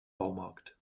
baumarkt